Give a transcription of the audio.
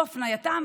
הוא הפנייתם